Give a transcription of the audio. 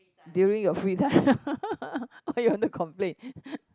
during your free time what you want to complain